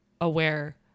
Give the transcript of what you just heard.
aware